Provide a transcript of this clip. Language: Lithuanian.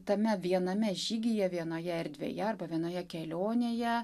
tame viename žygyje vienoje erdvėje arba vienoje kelionėje